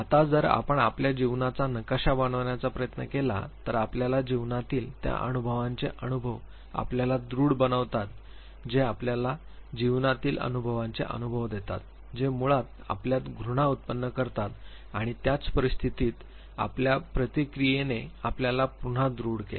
आता जर आपण आपल्या जीवनाचा नकाशा बनवण्याचा प्रयत्न केला तर आपल्या जीवनातील त्या अनुभवांचे अनुभव आपल्याला दृढ बनवतात जे आपल्याला जीवनातील अनुभवांचे अनुभव देतात जे मुळात आपल्यात घृणा उत्पन्न करतात आणि त्याच परिस्थितीत आमल्या प्रतिक्रियेने आपल्याला पुन्हा दृढ केले